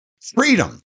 Freedom